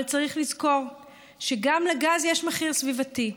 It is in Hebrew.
אבל צריך לזכור שגם לגז יש מחיר סביבתי,